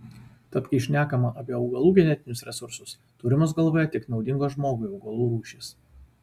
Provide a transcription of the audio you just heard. tad kai šnekama apie augalų genetinius resursus turimos galvoje tik naudingos žmogui augalų rūšys